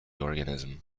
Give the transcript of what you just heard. organism